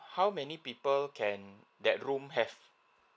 how many people can that room have